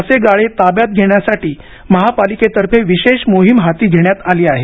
असे गाळे ताब्यात घेण्यासाठी महापालिकेतर्फे विशेष मोहीम हाती घेण्यात आली आहे